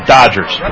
Dodgers